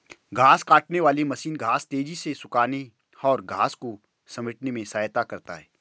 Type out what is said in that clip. घांस काटने वाली मशीन घांस तेज़ी से सूखाने और घांस को समेटने में सहायता करता है